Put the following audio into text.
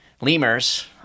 lemurs